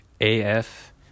AF